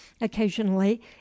occasionally